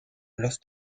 los